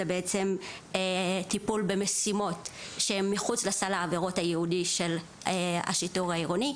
בעצם טיפול במשימות שהן מחוץ לסל העבירות הייעודי של השיטור העירוני.